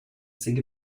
sink